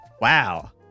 Wow